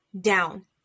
down